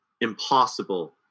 impossible